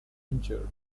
injured